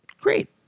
Great